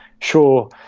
sure –